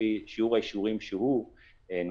לפי שיעור האישורים שהוא נותן,